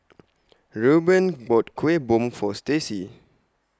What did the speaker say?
Reuben bought Kuih Bom For Stacy